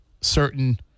certain